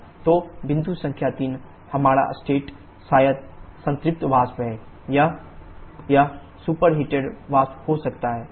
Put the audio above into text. तो बिंदु संख्या 3 हमारा स्टेट शायद संतृप्त वाष्प है या यह सुपरहिटेड वाष्प हो सकता है